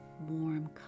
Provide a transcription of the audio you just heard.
Warm